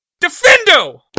Defendo